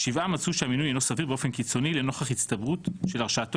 שבעה מצאו שהמינוי אינו סביר באופן קיצוני לנוכח הצטברות של הרשעתו